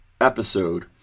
episode